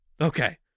Okay